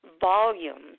volume